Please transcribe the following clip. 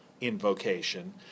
invocation